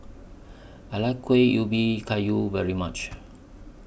I like Kuih Ubi Kayu very much